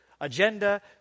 agenda